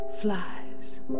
flies